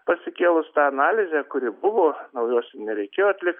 pasikėlus tą analizę kuri buvo naujos jum nereikėjo atlik